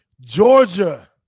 Georgia